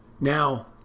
Now